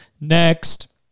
next